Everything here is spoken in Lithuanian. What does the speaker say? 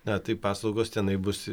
na taip paslaugos tenai bus